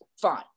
Fine